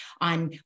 on